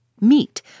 Meat